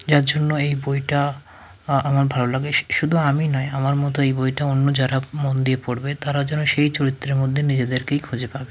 যার জন্য এই বইটা আ আমার ভালো লাগে শুধু আমি নয় আমার মতো এই বইটা অন্য যারা মন দিয়ে পড়বে তারাও যেন সেই চরিত্রের মধ্যে নিজেদেরকেই খুঁজে পাবে